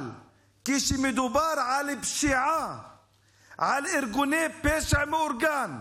אבל כשמדובר על פשיעה, על ארגוני פשע מאורגן,